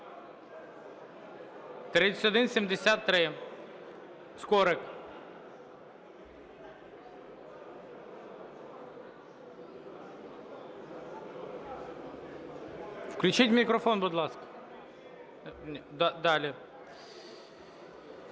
3173, Скорик. Включіть мікрофон, будь ласка. Далі.